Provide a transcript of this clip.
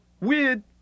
Weird